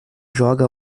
joga